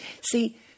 See